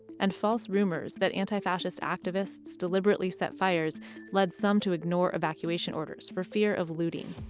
and false rumors that antifascist activists deliberately set fires led some to ignore evacuation orders for fear of looting.